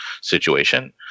situation